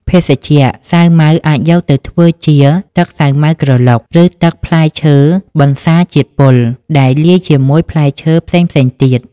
ភេសជ្ជៈ សាវម៉ាវអាចយកទៅធ្វើជា ទឹកសាវម៉ាវក្រឡុក ឬ ទឹកផ្លែឈើបន្សារជាតិពុល ដែលលាយជាមួយផ្លែឈើផ្សេងៗទៀត។